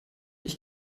ich